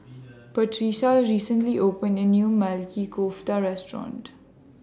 Patrica recently opened A New Maili Kofta Restaurant